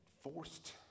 forced